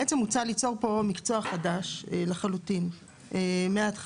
בעצם מוצע ליצור פה מקצוע חדש לחלוטין מהתחלה.